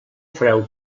fareu